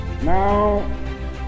Now